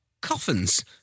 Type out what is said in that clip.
Coffins